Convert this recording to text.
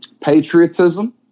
patriotism